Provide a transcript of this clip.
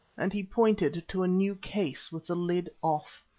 and he pointed to a new case with the lid off.